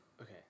okay